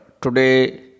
Today